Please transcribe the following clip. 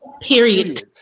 Period